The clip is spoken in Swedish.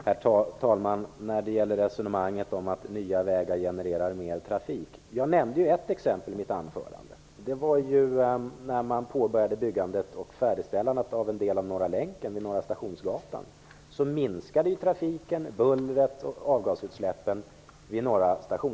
Herr talman! När det gäller resonemanget om att nya vägar genererar mer trafik nämnde jag ett exempel i mitt anförande: När man påbörjade byggandet och färdigställandet av en del av Norra länken vid Norra Stationsgatan minskade trafiken, bullret och avgasutsläppen där.